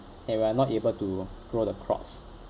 and we are not able to grow the crops